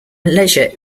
leisure